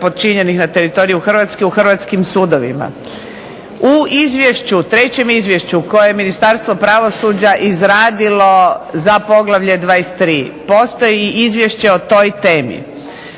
počinjenih na teritoriju Hrvatske u Hrvatskim sudovima. U trećem izvješće koje je Ministarstvo pravosuđa izradilo za poglavlje 23. postoji izvješće o toj temi.